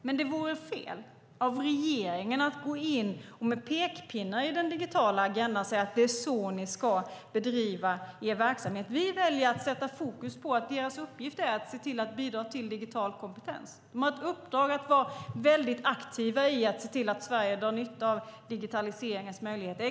Men det vore fel av regeringen att gå in med pekpinnar i den digitala agendan och säga: Det är så ni ska bedriva er verksamhet. Vi väljer att sätta fokus på att deras uppgift är att se till att bidra till digital kompetens. De har ett uppdrag att vara väldigt aktiva i att se till att Sverige drar nytta av digitaliseringens möjligheter.